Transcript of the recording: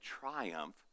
triumph